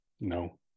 No